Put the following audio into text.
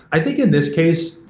i think in this case,